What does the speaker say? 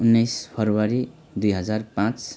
उन्नाइस फेब्रुएरी दुई हजार पाँच